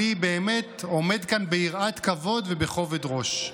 אני באמת עומד כאן ביראת כבוד ובכובד ראש,